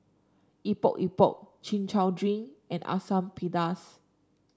Epok Epok Chin Chow Drink and Asam Pedas